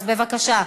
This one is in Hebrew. אז בבקשה.